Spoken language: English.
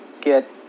get